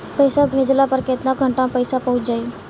पैसा भेजला पर केतना घंटा मे पैसा चहुंप जाई?